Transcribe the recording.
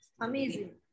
Amazing